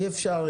אי אפשר,